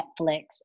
Netflix